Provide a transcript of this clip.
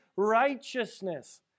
righteousness